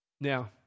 Now